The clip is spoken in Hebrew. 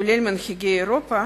כולל מנהיגי אירופה,